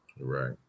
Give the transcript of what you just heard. Right